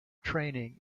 training